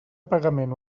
pagament